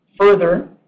Further